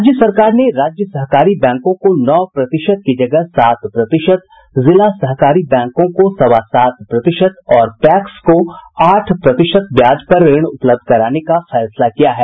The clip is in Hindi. राज्य सरकार ने राज्य सहकारी बैंकों को नौ प्रतिशत की जगह सात प्रतिशत जिला सहकारी बैंकों को सवा सात प्रतिशत और पैक्स को आठ प्रतिशत ब्याज पर ऋण उपलब्ध कराने का फैसला किया है